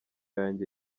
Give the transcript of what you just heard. yanjye